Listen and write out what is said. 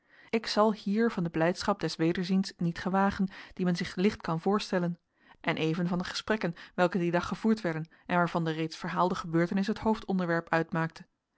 ik zal hier van de blijdschap des wederziens niet gewagen die men zich licht kan voorstellen en even van de gesprekken welke dien dag gevoerd werden en waarvan de reeds verhaalde gebeurtenis het hoofdonderwerp uitmaakte